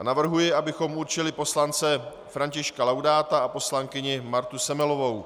Navrhuji, abychom určili poslance Františka Laudáta a poslankyni Martu Semelovou.